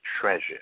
treasure